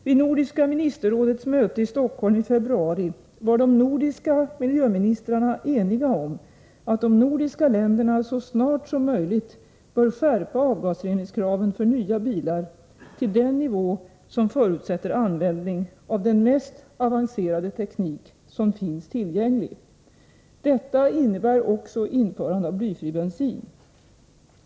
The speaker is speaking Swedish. Vid Nordiska ministerrådets möte i Stockholm i februari var de nordiska miljöministrarna eniga om att de nordiska länderna så snart som möjligt bör skärpa avgasreningskraven för nya bilar till den nivå som förutsätter användning av den mest avancerade teknik som finns tillgänglig. Detta innebär också införande av blyfri bensin.